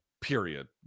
period